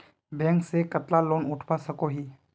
Bank से कतला loan उठवा सकोही?